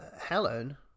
Helen